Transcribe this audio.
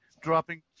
dropping